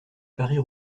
paris